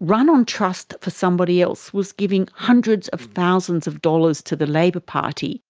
run on trust for somebody else was giving hundreds of thousands of dollars to the labor party.